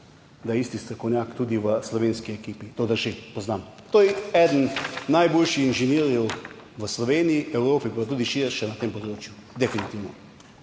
da je isti strokovnjak tudi v slovenski ekipi, to drži, poznam, to je eden najboljših inženirjev v Sloveniji, Evropi, pa tudi širše na tem področju, definitivno.